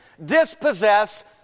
Dispossess